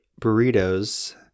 burritos